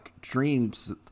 Dreams